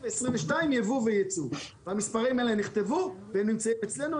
2021 ו-2022 ייבוא וייצוא והמספרים האלה נכתבו והם נמצאים אצלנו,